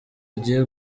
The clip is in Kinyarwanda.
agiye